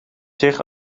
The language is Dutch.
zich